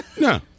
No